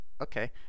okay